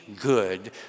good